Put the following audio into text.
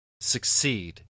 succeed